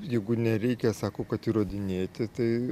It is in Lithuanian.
jeigu nereikia sako kad įrodinėti tai